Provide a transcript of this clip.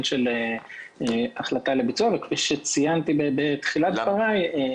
של החלטה לביצוע וכפי שציינתי בתחילת דבריי,